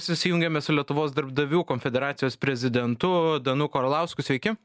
susijungiame su lietuvos darbdavių konfederacijos prezidentu danuku arlausku sveiki